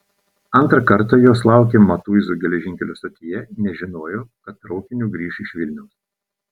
antrą kartą jos laukė matuizų geležinkelio stotyje nes žinojo kad traukiniu grįš iš vilniaus